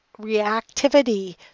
reactivity